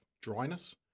dryness